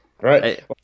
Right